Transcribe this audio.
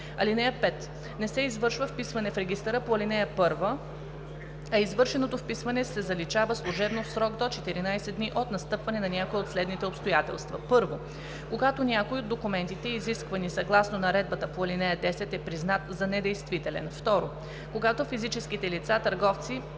(5) Не се извършва вписване в регистъра по ал. 1, а извършеното вписване се заличава служебно в срок до 14 дни от настъпване на някое от следните обстоятелства: 1. когато някой от документите, изисквани съгласно наредбата по ал. 10, е признат за недействителен; 2. когато физическите лица – търговци,